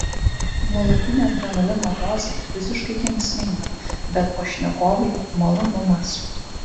nuolatinė adrenalino dozė fiziškai kenksminga bet pašnekovai malonumas